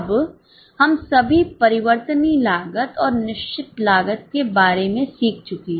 अब हम सभी परिवर्तनीय लागत और निश्चित लागत के बारे में सीख चुके हैं